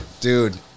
Dude